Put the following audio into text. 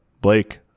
blake